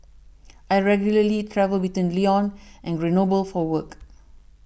I regularly travel between Lyon and Grenoble for work